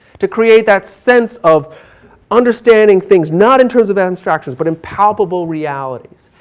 to create that sense of understanding things, not in terms of abstractions, but in palpable realities.